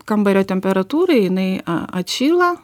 kambario temperatūroj jinai a atšyla